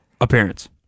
appearance